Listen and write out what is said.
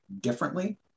differently